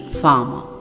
farmer